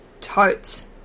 Totes